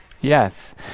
Yes